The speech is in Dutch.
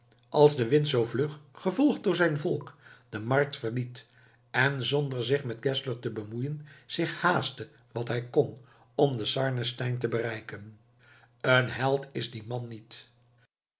als de wind zoo vlug gevolgd door zijn volk de markt verliet en zonder zich met geszler te bemoeien zich haastte wat hij kon om den sarnenstein te bereiken een held is die man niet